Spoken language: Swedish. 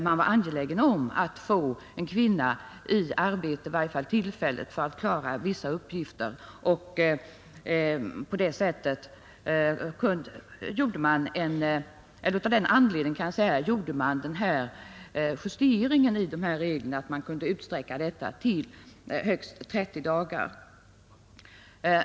Man var angelägen om att en kvinna skulle kunna gå ut i arbete, i varje fall tillfälligt för att klara vissa uppgifter, och av den anledningen gjorde man denna justering av reglerna och utsträckte då tiden till högst 30 dagar.